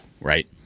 Right